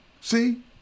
See